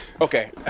Okay